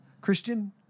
Christian